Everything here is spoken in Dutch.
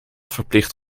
verplicht